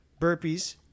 burpees